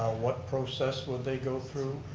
what process would they go through.